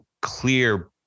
clear